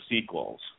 sequels